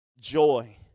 joy